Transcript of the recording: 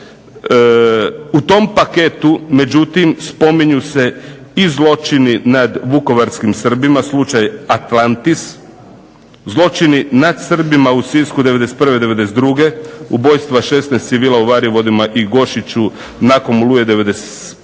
u tom paketu međutim spominju se i zločini nad vukovarskim Srbima, slučaj "Atlantis", zločini nad Srbima u Sisku '91. i '92., ubojstva 16 civila u Varivodima i Gošiću nakon "Oluje" '95.,